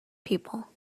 people